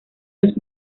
los